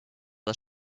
das